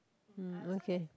mm okay